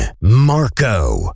Marco